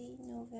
November